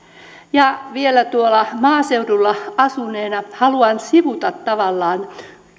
vielä tuolla maaseudulla asuneena haluan sivuta tavallaan